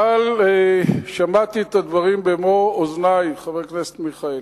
אבל שמעתי את הדברים במו-אוזני, חבר הכנסת מיכאלי.